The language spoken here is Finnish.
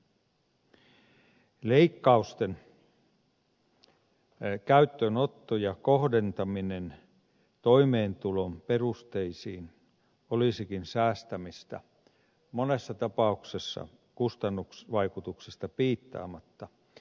leikkausten käyttöönotto ja kohdentaminen toimeentulon perusteisiin olisikin säästämistä monessa tapauksessa kustannusvaikutuksista piittaamatta